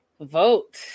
vote